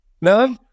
No